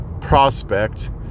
prospect